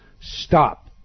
Stop